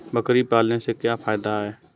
बकरी पालने से क्या फायदा है?